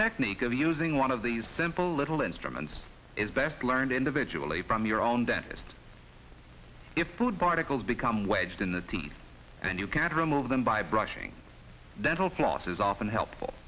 technique of using one of these simple little instruments is best learned individually from your own dentist if food particles become wedged in the teeth and you can't remove them by brushing dental floss is often helpful